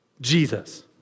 Jesus